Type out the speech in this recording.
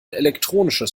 elektronisches